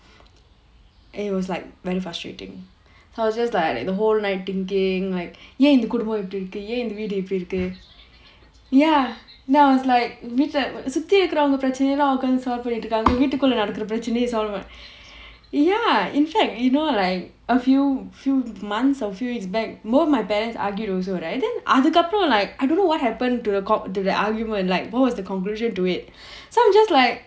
and it was like very frustrating then I was just like that the whole night thinking like ஏன் இந்த குடும்பம் இப்படி இருக்கு ஏன் இந்த வீடு இப்படி இருக்கு:yaen intha kudumbam ippadi irukku yaen intha veedu ippadi irukku ya then I was like வீட்ல சுத்தி இருக்குறவங்க பிரச்னைலாம் உட்கார்ந்து:veetla suthi irukkuravanga pirachanailaam udkaarnthu solve பண்ணிட்டு இருக்காங்க வீட்டுக்குள்ள நடக்குற பிரச்சனைய:pannittu irukkaanga veetukulla nadakura pirachanaiya solve ya in fact you know like a few few months or few weeks back both my parents argued also right then அதுக்கு அப்புறம்:athukku appuram I don't know what happen to record the the argument like what was the conclusion to it so I'm just like